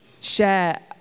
share